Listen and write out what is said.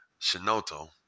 Shinoto